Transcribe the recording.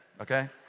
okay